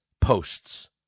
posts